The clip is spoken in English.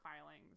filings